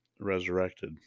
resurrected